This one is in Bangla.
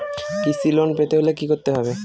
কৃষি লোন পেতে হলে কি করতে হবে?